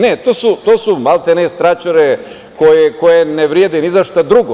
Ne, to su, maltene, straćare koje ne vrede ni za šta drugo.